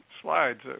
slides